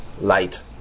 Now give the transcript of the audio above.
light